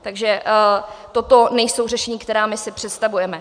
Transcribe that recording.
Takže toto nejsou řešení, která my si představujeme.